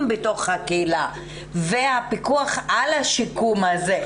בתוך הקהילה והפיקוח על השיקום הזה.